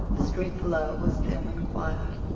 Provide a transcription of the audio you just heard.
the street below was dim and quiet.